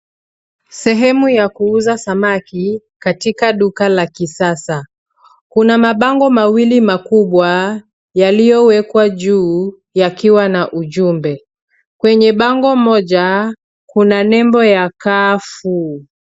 Sehemu ya kuuza samaki, katika duka la kisasa. Kuna mabango mawili makubwa, yaliyowekwa juu yakiwa na ujumbe. Kwenye bango moja, kuna nembo ya Carrefour.